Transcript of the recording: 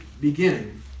beginning